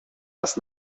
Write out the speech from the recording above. است